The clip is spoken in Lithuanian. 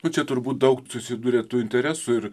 o čia turbūt daug susiduria tų interesų ir